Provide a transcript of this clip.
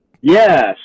Yes